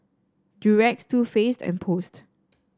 Durex Too Faced and Post